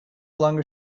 longer